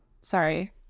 sorry